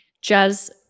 Jazz